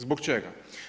Zbog čega?